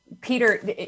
Peter